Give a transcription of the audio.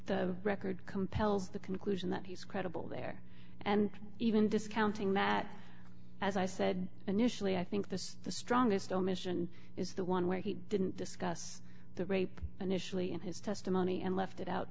the record compels the conclusion that he's credible there and even discounting that as i said initially i think this is the strongest omission is the one where he didn't discuss the rape an issue in his testimony and left it out